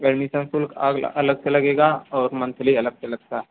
admission शुल्क अग अलग से लगेगा और मंथली अलग से लगता है